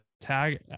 tag